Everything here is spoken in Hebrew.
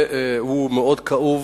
הנושא הוא מאוד כאוב,